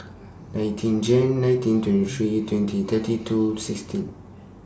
nineteen Jan nineteen twenty three twenty thirty two sixteen